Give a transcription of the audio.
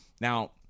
Now